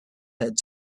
had